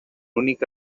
únic